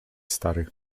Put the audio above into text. stary